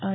I